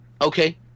okay